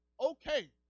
okay